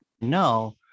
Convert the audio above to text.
No